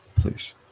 please